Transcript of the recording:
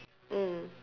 mm